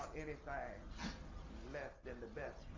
anything less than the best